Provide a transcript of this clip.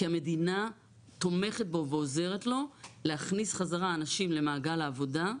כי המדינה תומכת בו ועוזרת לו להכניס חזרה אנשים למעגל העבודה,